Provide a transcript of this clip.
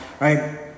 right